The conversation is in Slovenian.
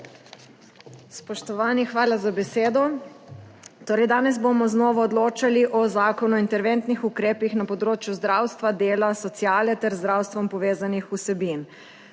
Spoštovani, hvala za besedo. Torej danes bomo znova odločali o Zakonu o interventnih ukrepih na področju zdravstva, dela, sociale ter z zdravstvom povezanih vsebin.